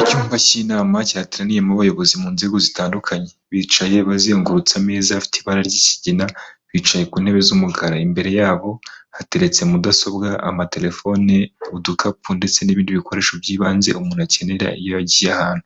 Icyumba cy'inama cyateraniyemo abayobozi mu nzego zitandukanye, bicaye bazengurutse ameza afite ibara ry'ikigina, bicaye ku ntebe z'umukara, imbere yabo hateretse mudasobwa, amaterefone, udukapu ndetse n'ibindi bikoresho by'ibanze umuntu akenera iyo yagiye ahantu,